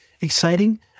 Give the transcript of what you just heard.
exciting